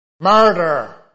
Murder